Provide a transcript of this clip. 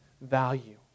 value